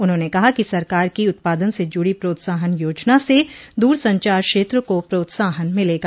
उन्होंने कहा कि सरकार की उत्पादन से जुड़ी प्रोत्साहन योजना से दूरसंचार क्षेत्र को प्रोत्साहन मिलेगा